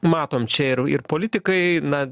matom čia ir ir politikai na